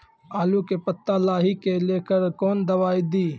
आलू के पत्ता लाही के लेकर कौन दवाई दी?